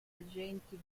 agenti